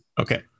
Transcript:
Okay